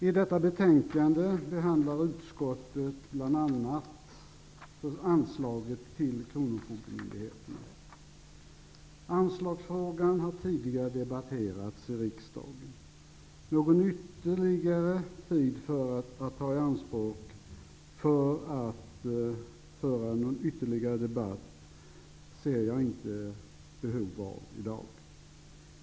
I detta betänkande behandlar utskottet bl.a. anslaget till kronofogdemyndigheterna. Anslagsfrågan har tidigare debatterats i riksdagen. Att i dag ta tid i anspråk för att föra någon ytterligare debatt ser jag inte behov av.